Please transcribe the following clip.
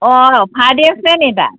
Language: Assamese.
অ' ফ্ৰাইডে' আছে নি তাত